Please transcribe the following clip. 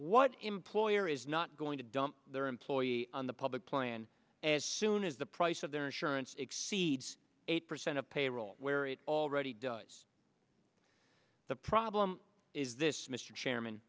what employer is not going to dump their employees on the public plan as soon as the price of their insurance exceeds eight percent of payroll where it already does the problem is this mr chairman